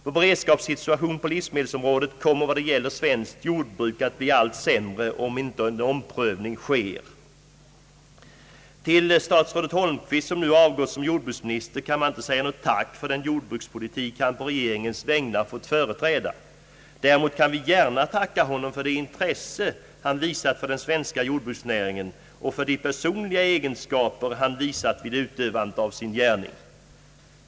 Vår beredskapssituation på livsmedelsområdet kommer vad det gäller svenskt jordbruk att bli allt sämre om inte en omprövning sker. Till statsrådet Holmqvist, som nu avgått som jordbruksminister, kan man inte säga något tack för den jordbrukspolitik han på regeringens vägnar fått företräda. Däremot kan vi gärna tacka honom för det intresse han visat för den svenska jordbruksnäringen och de personliga egenskaper han visat vid utövandet av sin gärning.